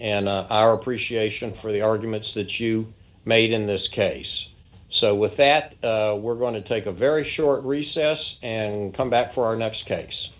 and our appreciation for the arguments that you made in this case so with that we're going to take a very short recess and come back for our next case